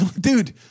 dude